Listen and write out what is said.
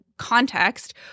context